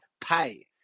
pay